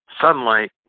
sunlight